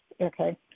okay